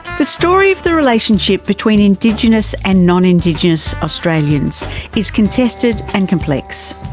the story of the relationship between indigenous and non-indigenous australians is contested and complex.